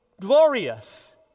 glorious